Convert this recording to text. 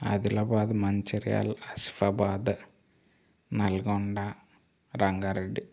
Adilabad Mancherial Asifabad Nalgonda Rangareddy